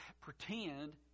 pretend